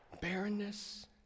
Barrenness